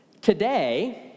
Today